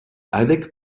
avec